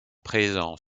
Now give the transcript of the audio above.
présent